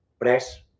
press